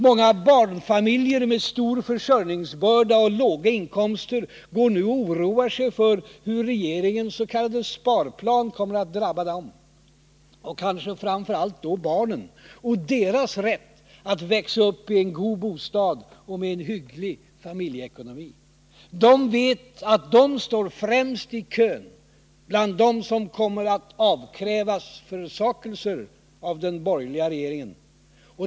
Många barnfamiljer med stor försörjningsbörda och låga inkomster går nu och oroar sig för hur regeringens s.k. sparplan kommer att drabba dem och kanske framför allt då barnen och deras rätt att växa upp i en god bostad och med hygglig familjeekonomi. De vet att de står främst i kön bland dem som kommer att avkrävas försakelser av den borgerliga regeringen.